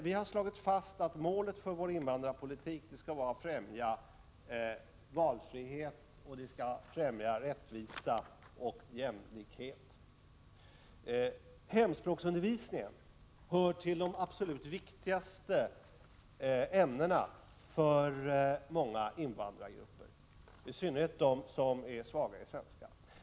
Vi har slagit fast att målet för vår invandrarpolitik skall vara att främja valfrihet, främja rättvisa och jämlikhet. Hemspråksundervisningen innefattar de absolut viktigaste ämnena för många invandrargrupper, i synnerhet för dem som är svaga i svenska språket.